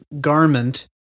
garment